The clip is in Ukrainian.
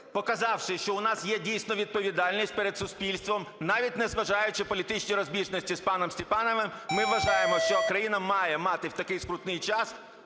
показавши, що у нас є дійсно відповідальність перед суспільством. Навіть незважаючи на політичні розбіжності з паном Степановим, ми вважаємо, що країна має мати в такий скрутний час